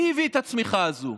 מי הביא את הצמיחה הזו?